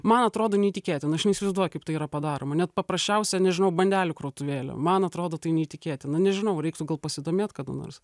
man atrodo neįtikėtina aš neįsivaizduoju kaip tai yra padaroma net paprasčiausia nežinau bandelių krautuvėlė man atrodo tai neįtikėtina nežinau reiktų gal pasidomėt kada nors